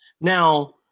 Now